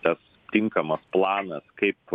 tas tinkamas planas kaip